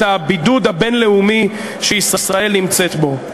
הבידוד הבין-לאומי שישראל נמצאת בו.